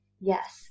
yes